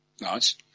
Nice